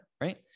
Right